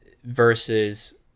versus